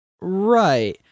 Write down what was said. Right